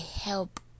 help